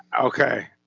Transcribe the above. Okay